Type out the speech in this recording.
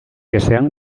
ezean